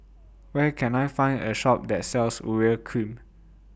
Where Can I Find A Shop that sells Urea Cream